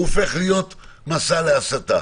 הופך להיות מסע להסתה.